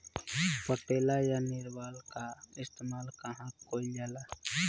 पटेला या निरावन का इस्तेमाल कहवा कइल जाला?